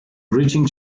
breaching